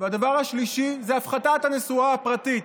והשלישית, הפחתת הנסועה הפרטית.